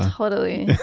totally,